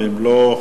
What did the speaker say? אם לא,